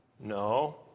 No